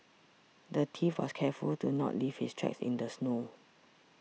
the thief was careful to not leave his tracks in the snow